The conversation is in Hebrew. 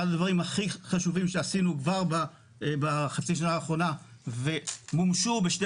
אחד הדברים הכי חשובים שעשינו כבר בחצי שנה האחרונה ומומשו בשתי